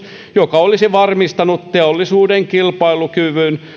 joka olisi varmistanut teollisuuden kilpailukyvyn